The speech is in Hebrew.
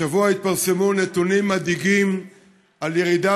השבוע התפרסמו נתונים מדאיגים על ירידה